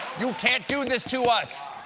you can't do this to us!